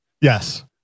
Yes